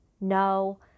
no